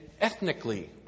ethnically